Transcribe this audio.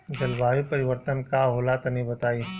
जलवायु परिवर्तन का होला तनी बताई?